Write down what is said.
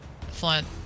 flint